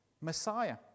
Messiah